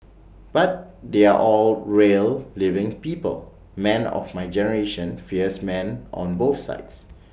but they are all real living people men of my generation fierce men on both sides